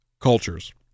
cultures